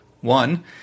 One